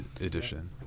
edition